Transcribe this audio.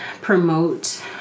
promote